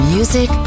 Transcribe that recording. Music